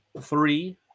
three